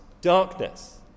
darkness